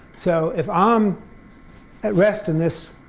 so if i'm at rest in this